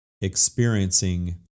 experiencing